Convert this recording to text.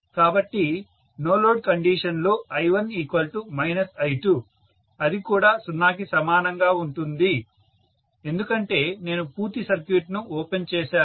కాబట్టి no load condition లో I1 I2 అది కూడా 0 కి సమానం అవుతుంది ఎందుకంటే నేను పూర్తి సర్క్యూట్ను ఓపెన్ చేశాను